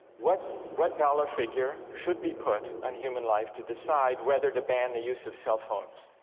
what what dollar figure should be put on human life to decide whether to ban the use of cell phones